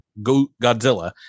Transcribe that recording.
Godzilla